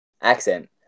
accent